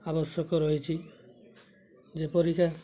ଆବଶ୍ୟକ ରହିଛି ଯେପରିକା